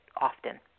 often